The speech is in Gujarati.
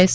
એસ